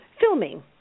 filming